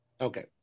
Okay